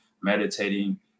meditating